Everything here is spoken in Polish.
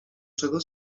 czego